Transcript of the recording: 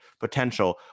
potential